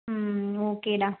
ம் ஓகேடா